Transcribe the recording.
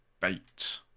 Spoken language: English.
bait